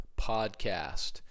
podcast